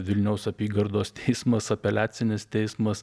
vilniaus apygardos teismas apeliacinis teismas